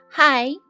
Hi